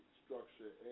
structure